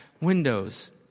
windows